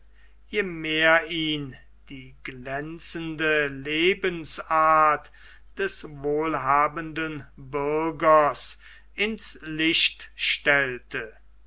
je mehr ihn die glänzende lebensart des wohlhabenden bürgers ins licht stellte